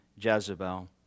Jezebel